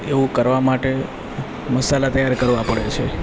એવું કરવા માટે મસાલા તૈયાર કરવા પડે છે